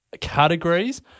categories